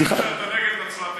בנגב ונצרת-עילית.